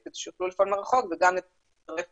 כדי שיוכלו לפעול מרחוק וגם יוכלו לעשות